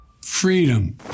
Freedom